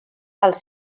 els